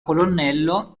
colonnello